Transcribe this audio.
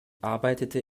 arbeitete